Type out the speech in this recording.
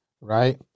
Right